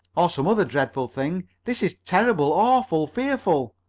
or some other dreadful thing! this is terrible! awful! fearful!